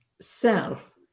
self